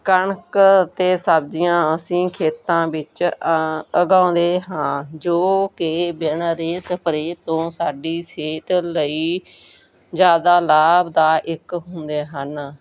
ਕਣਕ ਅਤੇ ਸਬਜ਼ੀਆਂ ਅਸੀਂ ਖੇਤਾਂ ਵਿੱਚ ਉਗਾਉਂਦੇ ਹਾਂ ਜੋ ਕਿ ਬਿਨਾਂ ਰੇਹ ਸਪਰੇਅ ਤੋਂ ਸਾਡੀ ਸਿਹਤ ਲਈ ਜ਼ਿਆਦਾ ਲਾਭਦਾਇਕ ਹੁੰਦੇ ਹਨ